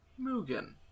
mugen